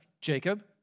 Jacob